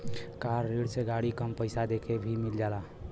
कार ऋण से गाड़ी कम पइसा देके भी मिल जाला